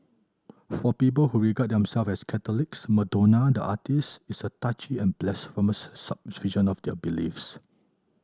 for people who regard themselves as Catholics Madonna the artiste is a touchy and blasphemous subversion of their beliefs